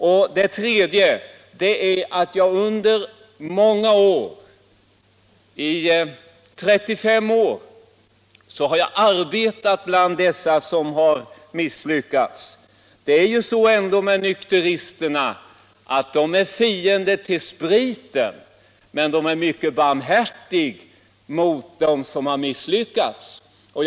Vidare har jag nu i 35 år arbetat bland människor som har misslyckats. Nykteristerna är ju fiender till spriten, men de är mycket barmhärtiga mot dem som inte har klarat den.